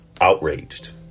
Outraged